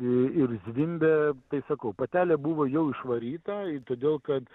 ir zvimbia tai sakau patelė buvo jau išvaryta todėl kad